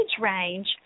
range